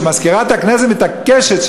שמזכירת הכנסת מתעקשת,